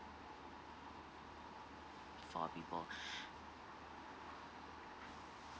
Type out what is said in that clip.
four people